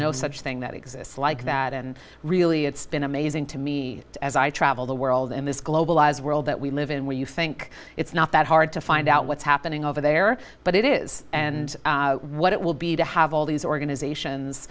no such thing that exists like that and really it's been amazing to me as i travel the world in this globalized world that we live in when you think it's not that hard to find out what's happening over there but it is and what it will be to have all these organizations